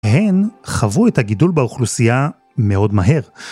הן חוו את הגידול באוכלוסייה מאוד מהר.